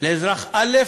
לאזרח א'